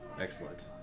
Excellent